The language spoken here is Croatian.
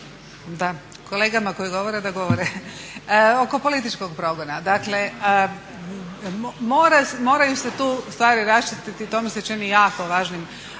Da, kolegama koji govore da govore. Oko političkog progona, dakle moraju se tu stvari raščistiti, to mi se čini jako važnim